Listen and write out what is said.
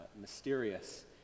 mysterious